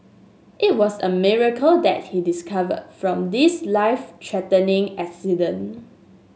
it was a miracle that he discover from this life threatening accident